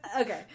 Okay